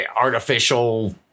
artificial